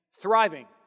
thriving